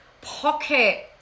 pocket